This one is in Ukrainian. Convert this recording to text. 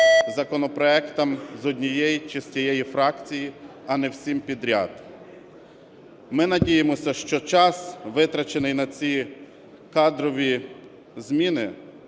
законопроектам з однієї чи з тієї фракції, а не всім підряд. Ми надіємося, що час, витрачений на ці кадрові зміни,